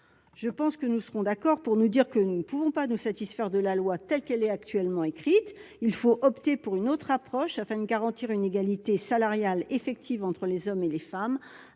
je pense que nous serons d'accord pour nous dire que nous ne pouvons pas nous satisfaire de la loi telle qu'elle est actuellement écrite il faut opter pour une autre approche afin de garantir une égalité salariale effet. Steve entre les hommes et les femmes